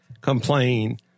complain